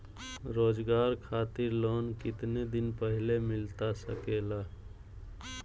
रोजगार खातिर लोन कितने दिन पहले मिलता सके ला?